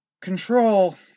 Control